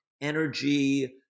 energy